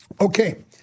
Okay